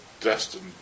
destined